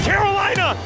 Carolina